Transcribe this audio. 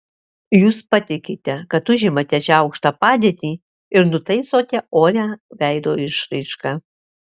jūs patikite kad užimate šią aukštą padėtį ir nutaisote orią veido išraišką